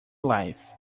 life